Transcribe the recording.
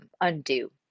undo